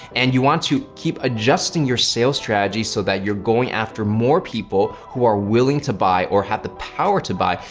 and you want to keep adjusting your sales strategy so that you're going after more people who are willing to buy or have the power to buy.